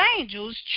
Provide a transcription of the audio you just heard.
angels